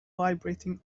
vibrating